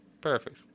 Perfect